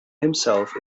himself